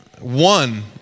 one